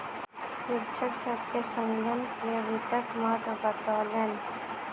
शिक्षक सभ के संगणकीय वित्तक महत्त्व बतौलैन